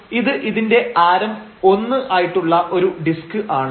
അപ്പോൾ ഇത് ഇതിന്റെ ആരം ഒന്ന് ആയിട്ടുള്ള ഒരു ഡിസ്ക് ആണ്